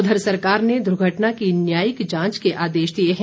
उधर सरकार ने दूर्घटना की न्यायिक जांच के आदेश दिए हैं